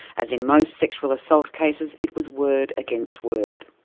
as in most sexual assault cases, it was word against word.